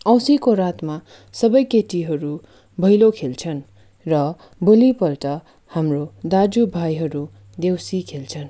औँसीको रातमा सबै केटीहरू भैलो खेल्छन् र भोलिपल्ट हाम्रो दाजु भाइहरू देउसी खेल्छन्